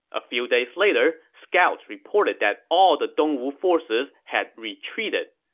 a few days later, scouts reported that all the dongwu forces had retreated.